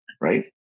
right